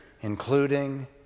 including